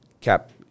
cap